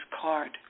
card